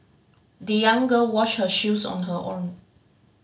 the young girl washed her shoes on her own